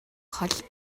хол